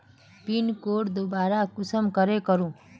Pin code दोबारा कुंसम करे करूम?